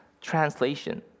translation